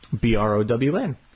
B-R-O-W-N